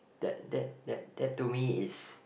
that that that that to me is